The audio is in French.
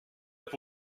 pour